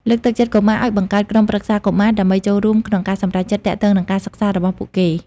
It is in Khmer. លើកទឹកចិត្តកុមារឱ្យបង្កើតក្រុមប្រឹក្សាកុមារដើម្បីចូលរួមក្នុងការសម្រេចចិត្តទាក់ទងនឹងការសិក្សារបស់ពួកគេ។